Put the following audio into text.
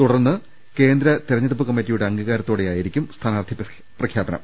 തുടർന്ന് കേന്ദ്ര തെര ഞ്ഞെടുപ്പ് കമ്മിറ്റിയുടെ അംഗീകാരത്തെടെയായിരിക്കും സ്ഥാനാർഥി പ്രഖ്യാപനം